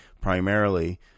primarily